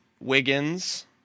Wiggins